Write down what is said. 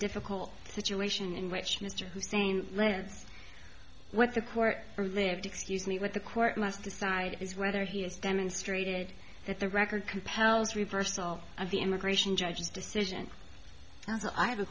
difficult situation in which mr hussein rends what the court or lived excuse me what the court must decide is whether he has demonstrated that the record compels reversal of the immigration judge's decision as i have a